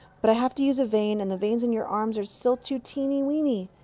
but i have to use a vein, and the veins in your arms are still too teeny-weeny.